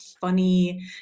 funny